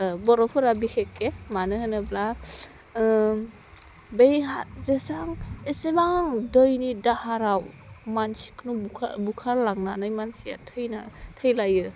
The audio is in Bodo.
बर'फोरा बिखेखे मानोहोनोब्ला बे जेसां एसेबां दैनि दाहाराव मानसिखो बुखारलांनानै मानसिया थैलायो